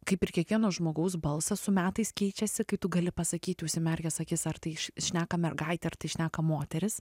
kaip ir kiekvieno žmogaus balsas su metais keičiasi kai tu gali pasakyti užsimerkęs akis ar tai šneka mergaitė ar tai šneka moteris